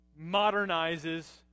modernizes